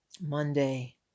Monday